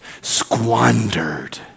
squandered